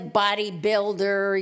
bodybuilder